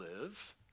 live